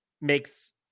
makes